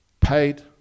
Paid